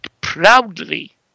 proudly